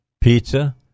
Pizza